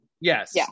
Yes